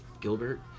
Gilbert